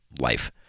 life